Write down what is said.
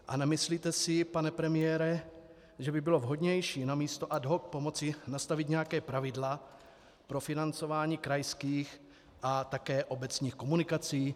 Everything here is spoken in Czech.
A nemyslíte si, pane premiére, že by bylo vhodnější namísto ad hoc pomoci nastavit nějaká pravidla pro financování krajských a také obecních komunikací?